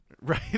Right